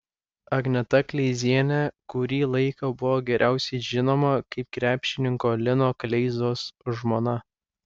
agneta kleizienė kurį laiką buvo geriausiai žinoma kaip krepšininko lino kleizos žmona